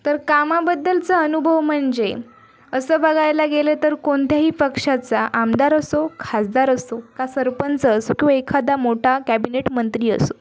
तर कामाबद्दलचा अनुभव म्हणजे असं बघायला गेलं तर कोणत्याही पक्षाचा आमदार असो खासदार असो का सरपंच असो किंवा एखादा मोठा कॅबिनेट मंत्री असो